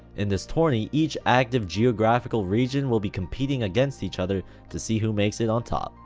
in this tourney, each active geographical region will be competing against eachother to see who makes it on top.